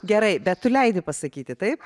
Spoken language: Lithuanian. gerai bet tu leidi pasakyti taip